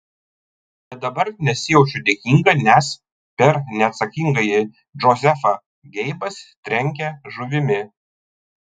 bet dabar nesijaučiu dėkinga nes per neatsakingąjį džozefą geibas trenkia žuvimi